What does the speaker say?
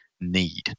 need